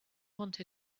want